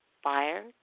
Fire